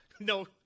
no